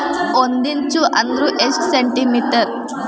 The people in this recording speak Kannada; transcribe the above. ಒಂದಿಂಚು ಅಂದ್ರ ಎಷ್ಟು ಸೆಂಟಿಮೇಟರ್?